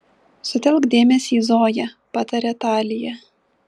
sutelk dėmesį į zoją patarė talija